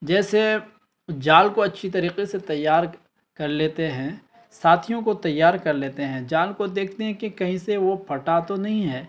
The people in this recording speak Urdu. جیسے جال کو اچھی طریقے سے تیار کر لیتے ہیں ساتھیوں کو تیار کر لیتے ہیں جال کو دیکھتے ہیں کہ کہیں سے وہ پھٹا تو نہیں ہے